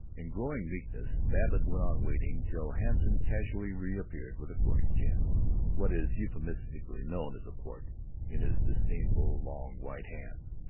in growing meekness babbitt went on waiting till hanson casually reappeared with a quart of gin what is euphemistically known as a quart in his disdainful long white hands.